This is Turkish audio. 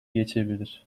geçebilir